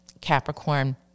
Capricorn